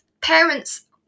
parents